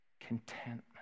contentment